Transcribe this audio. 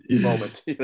moment